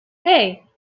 hey